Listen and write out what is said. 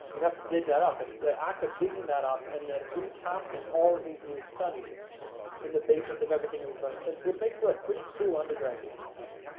you have to dig that up. and the act of digging that up and then recasting all of these new studies in the basis of everything we've learned since would make for a pretty cool undergrad thesis topic.